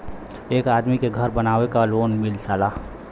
एक आदमी के घर बनवावे क लोन मिल जाला